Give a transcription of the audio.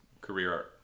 career